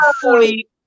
fully